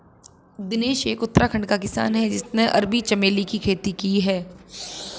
दिनेश एक उत्तराखंड का किसान है जिसने अरबी चमेली की खेती की